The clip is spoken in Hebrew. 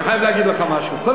אני חייב להגיד לך משהו,